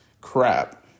crap